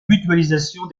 mutualisation